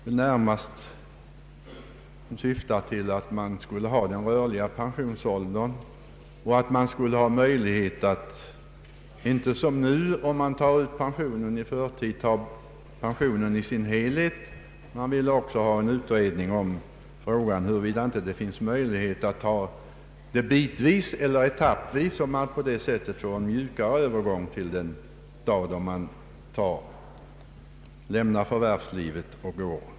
Reservanterna syftar närmast till att man bör ha en rörlig pensionsålder och att man inte som nu, om man tar ut pensionen i förtid, måste ta pension i dess helhet, utan reservanterna vill också ha utrett frågan huruvida det finns möjlighet att ta pension etappvis för att få en mjukare Övergång till den dag då man helt lämnar förvärvslivet.